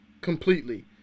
completely